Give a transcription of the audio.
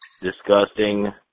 disgusting